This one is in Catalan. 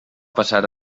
passar